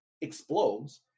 explodes